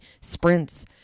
sprints